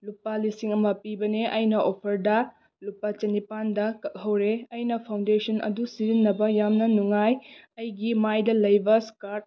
ꯂꯨꯄꯥ ꯂꯤꯁꯤꯡ ꯑꯃ ꯄꯤꯕꯅꯦ ꯑꯩꯅ ꯑꯣꯐꯔꯗ ꯂꯨꯄꯥ ꯆꯥꯅꯤꯄꯥꯜꯗ ꯀꯥꯛꯍꯧꯔꯦ ꯑꯩꯅ ꯐꯥꯎꯟꯗꯦꯁꯟ ꯑꯗꯨ ꯁꯤꯖꯤꯟꯅꯕ ꯌꯥꯝꯅ ꯅꯨꯡꯉꯥꯏ ꯑꯩꯒꯤ ꯃꯥꯏꯗ ꯂꯩꯕ ꯏꯁꯀꯥꯔ